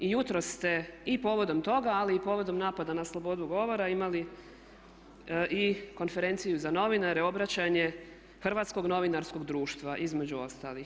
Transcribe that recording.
I jutros ste i povodom toga ali i povodom napada na slobodu govora imali i konferenciju za novinare, obraćanje Hrvatskog novinarskog društva između ostalih.